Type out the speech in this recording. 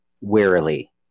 Wearily